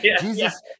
Jesus